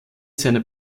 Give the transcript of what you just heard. seiner